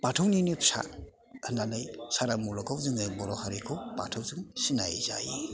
बाथौनिनो फिसा होननानै सारा मुलुगआव जोङो बर' हारिखौ बाथौजों सिनायजायो